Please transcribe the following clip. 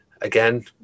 again